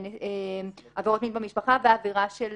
עבירות מין במשפחה ועבירה של